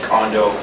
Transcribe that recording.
Condo